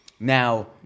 Now